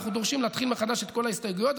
אנחנו דורשים להתחיל מחדש את כל ההסתייגויות,